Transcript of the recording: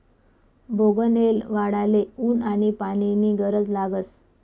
बोगनयेल वाढाले ऊन आनी पानी नी गरज लागस